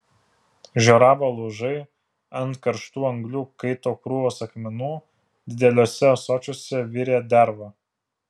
žioravo laužai ant karštų anglių kaito krūvos akmenų dideliuose ąsočiuose virė derva